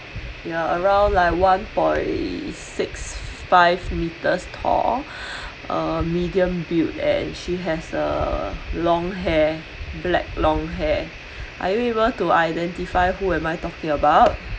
ya uh around like one point six five meters tall uh medium build and she has a long hair black long hair are you able to identify who am I talking about